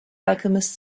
alchemist